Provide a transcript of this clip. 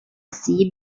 see